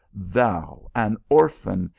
thou, an orphan,